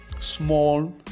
small